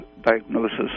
diagnosis